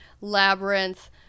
labyrinth